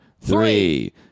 three